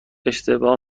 اشتباه